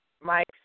Mike